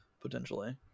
potentially